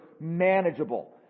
manageable